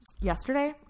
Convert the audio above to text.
yesterday